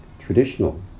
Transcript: Traditional